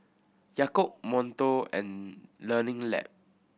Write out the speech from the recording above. Yakult Monto and Learning Lab